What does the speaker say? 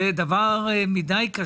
זה דבר קשה מדי.